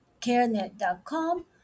CareNet.com